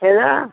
hello